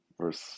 Verse